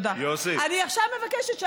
אני עכשיו מבקשת,